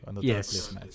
Yes